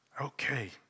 Okay